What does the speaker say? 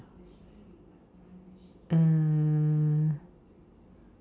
mm